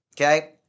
okay